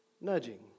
Nudging